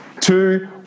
two